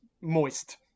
moist